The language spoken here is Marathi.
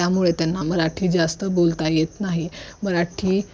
त्यामुळे त्यांना मराठी जास्त बोलता येत नाही मराठी